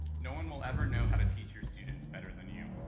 no one will ever know how to teach your students better than you.